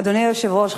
אדוני היושב-ראש,